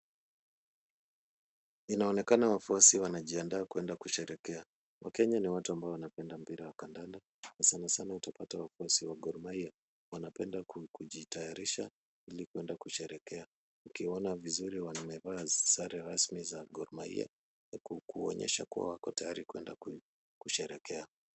Inaonekana wafuasi wanajiandaa kwenda kusherekea. Wakenya ni watu ambao wanapenda mpira wa kandanda na sana sana utapata wafuasi wa Gor Mahia wanapenda kujitayarisha ili kwenda kusherekea. Ukiona vizuri wamevaa sare rasmi za Gor Mahia, kuonyesha kuwa wako tayari kwenda kusherekea.